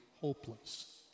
hopeless